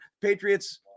patriots